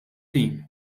tim